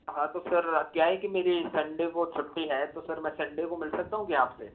हाँ तो सर क्या है कि मेरी संडे को छुट्टी है तो सर मैं संडे को मिल सकता हूँ क्या आप से